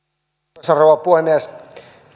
arvoisa rouva puhemies